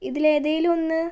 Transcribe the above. ഇതിൽ ഏതെങ്കിലും ഒന്ന്